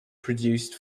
produced